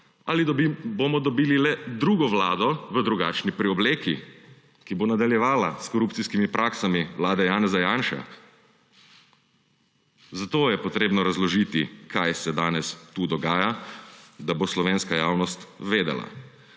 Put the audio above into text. ali bomo dobili le drugo vlado v drugačni preobleki, ki bo nadaljevala s korupcijskimi praksami vlade Janeza Janše? Zato je treba razložiti, kaj se danes tu dogaja, da bo slovenska javnost vedela.